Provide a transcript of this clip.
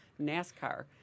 NASCAR